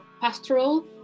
pastoral